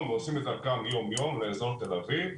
ועושים את דרכם יום-יום לאזור תל אביב,